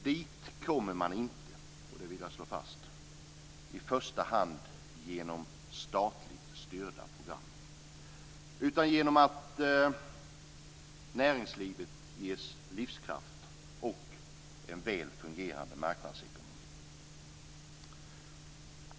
Dit kommer man inte, det vill jag slå fast, i första hand genom statligt styrda program. Dit kommer man genom att näringslivet ges livskraft och en väl fungerande marknadsekonomi.